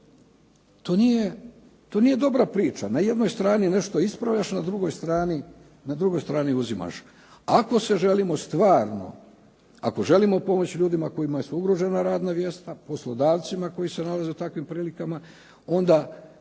To nije dobra priča. Na jednoj strani nešto ispravljaš, na drugoj strani uzimaš. Ako se želimo stvarno, ako želimo pomoći ljudima kojima su ugrožena radna mjesta, poslodavcima koji se nalaze u takvim prilikama onda